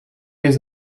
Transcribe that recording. les